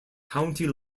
county